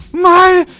my.